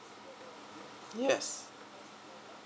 yes